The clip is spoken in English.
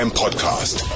podcast